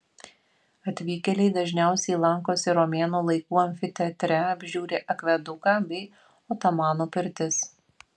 atvykėliai dažniausiai lankosi romėnų laikų amfiteatre apžiūri akveduką bei otomanų pirtis